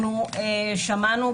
שמענו,